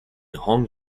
hong